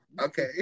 Okay